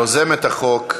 יוזמת החוק,